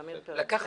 זה חלק